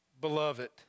Beloved